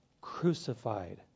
crucified